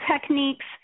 techniques